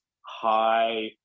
high